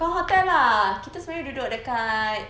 bukan hotel lah kita sebenarnya duduk dekat